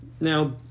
now